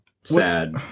sad